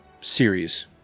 series